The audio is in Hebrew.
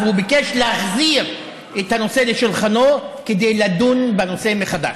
והוא ביקש להחזיר את הנושא לשולחנו כדי לדון בנושא מחדש.